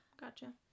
Gotcha